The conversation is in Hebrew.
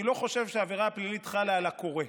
אני לא חושב שהעבירה הפלילית חלה על הקורא.